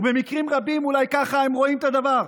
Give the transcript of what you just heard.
ובמקרים רבים אולי ככה הם רואים את הדבר: